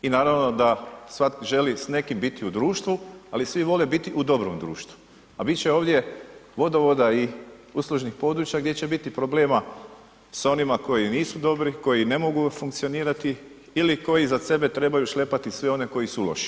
I naravno da svatko želi s nekim biti u društvu, ali svi vole biti u dobrom društvu, a bit će ovdje vodovoda i uslužnih područja gdje će biti problema s onima koji nisu dobri, koji ne mogu funkcionirati ili koji iza sebe trebaju šlepati sve one koji su loši.